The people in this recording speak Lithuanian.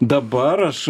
dabar aš